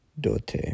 dote